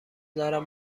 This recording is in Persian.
دارم